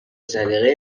سلیقه